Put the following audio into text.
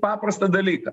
paprastą dalyką